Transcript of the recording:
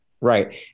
Right